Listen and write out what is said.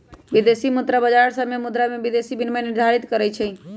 विदेशी मुद्रा बाजार सभे मुद्रा विदेशी विनिमय दर निर्धारित करई छई